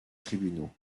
tribunaux